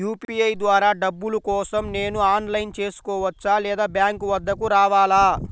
UPI ద్వారా డబ్బులు కోసం నేను ఆన్లైన్లో చేసుకోవచ్చా? లేదా బ్యాంక్ వద్దకు రావాలా?